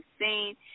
seen